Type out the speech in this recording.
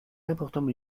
importants